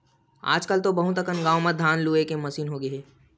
आजकल तो बहुत अकन गाँव म धान लूए के मसीन होगे हे